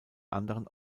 anderen